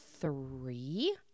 three